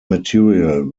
material